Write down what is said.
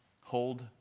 Hold